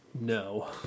No